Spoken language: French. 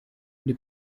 les